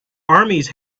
armies